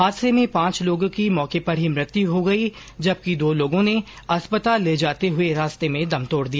हादसे में पांच लोगों की मौके पर ही मृत्यु हो गई जबकि दो लोगो ने अस्पताल ले जाते हुए रास्ते में दम तोड दिया